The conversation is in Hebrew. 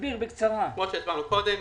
כמו שהסברנו קודם,